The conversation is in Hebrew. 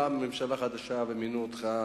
באה ממשלה חדשה ומינו אותך,